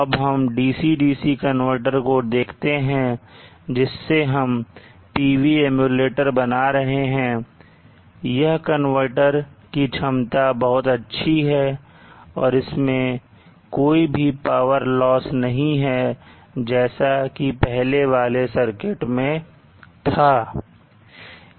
अब हम dc dc converter को देखते हैं जिससे हम PV एम्युलेटर बना रहे हैं यह कनवर्टर की छमता बहुत अच्छी है और इसमें कोई भी पावर लॉस नहीं है जैसा कि पहले वाले सर्किट में था